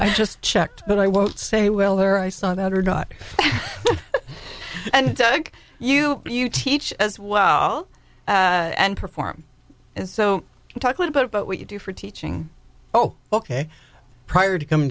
i just checked but i won't say well there i saw that or not and thank you you teach as well and perform and so talk a little bit about what you do for teaching oh ok prior to coming